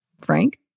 Frank